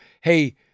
hey